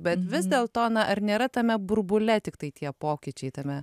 bet vis dėl to na ar nėra tame burbule tiktai tie pokyčiai tame